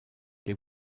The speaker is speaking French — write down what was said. les